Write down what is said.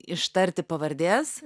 ištarti pavardės